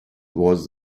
was